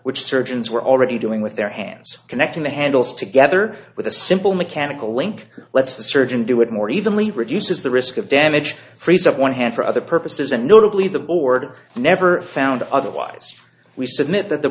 which surgeons were already doing with their hands connecting the handles together with a simple mechanical link lets the surgeon do it more evenly reduces the risk of damage frees up one hand for other purposes and notably the board never found otherwise we submit that the